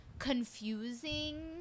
confusing